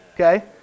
Okay